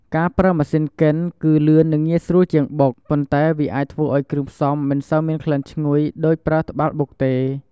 ការប្រើម៉ាស៊ីនកិនគឺ លឿន និងងាយស្រួលជាងបុក ប៉ុន្តែវាអាចធ្វើឱ្យគ្រឿងផ្សំមិនសូវមានក្លិនឈ្ងុយដូចប្រើត្បាល់បុកទេ។